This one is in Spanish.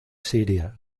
siria